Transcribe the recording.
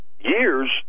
years